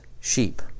sheep